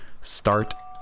start